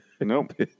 Nope